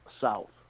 south